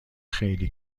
خیلی